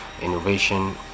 innovation